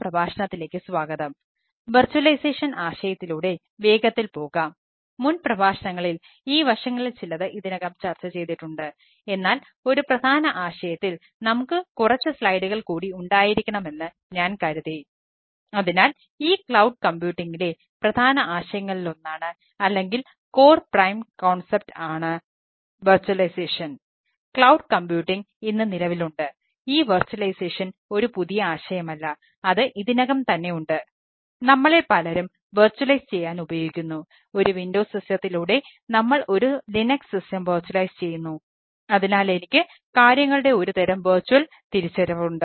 Soumya Kanti Ghosh Department of Computer Science and Engineering Indian Institute of Technology Kharagpur Lecture - 07 പ്രഭാഷണം- 07 Virtualization virtualization cloud കമ്പ്യൂട്ടിംഗിനെക്കുറിച്ചുള്ള തിരിച്ചറിവുണ്ട്